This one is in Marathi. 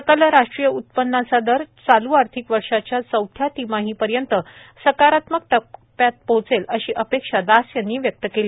सकल राष्ट्रीय उत्पन्नाचा दर चालू आर्थिक वर्षाच्या चौथ्या तिमाहीपर्यंत सकारात्मक टप्प्यात पोहोचेल अशी अपेक्षा दास यांनी व्यक्त केली